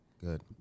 Good